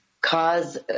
cause